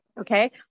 okay